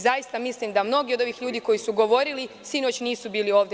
Zaista mislim da mnogi od ovih ljudi koji su govorili, sinoć nisu bili ovde.